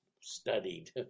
studied